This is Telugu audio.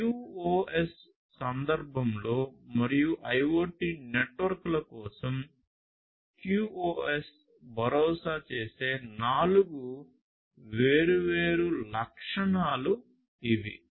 QoS సందర్భంలో మరియు IoT నెట్వర్క్ల కోసం QoS ని భరోసా చేసే 4 వేర్వేరు లక్షణాలు ఇవి